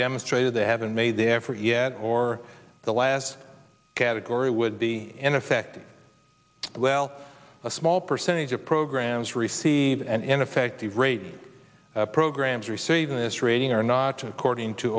demonstrated they haven't made the effort yet or the last category would be in effect well a small percentage of programs received and effective rate programs receiving this rating are not according to